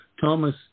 Thomas